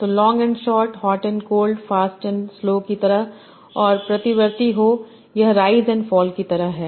तो long and short hot and cold fast and slow की तरह और प्रतिवर्ती हो यह राइज एंड फॉल की तरह है